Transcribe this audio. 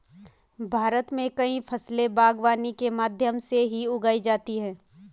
भारत मे कई फसले बागवानी के माध्यम से भी उगाई जाती है